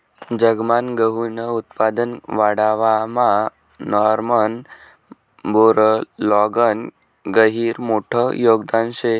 जगमान गहूनं उत्पादन वाढावामा नॉर्मन बोरलॉगनं गहिरं मोठं योगदान शे